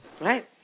Right